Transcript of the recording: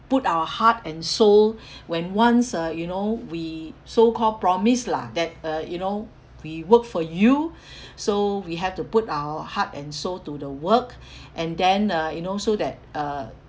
put our heart and soul when once uh you know we so-called promise lah that uh you know we work for you so we have to put our heart and soul to the work and then uh you know so that uh